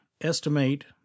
estimate